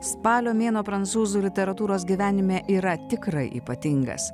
spalio mėn prancūzų literatūros gyvenime yra tikrai ypatingas